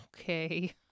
Okay